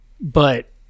but-